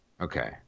Okay